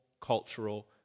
cultural